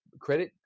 Credit